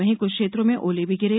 वहीं कुछ क्षेत्रों में ओले भी गिरे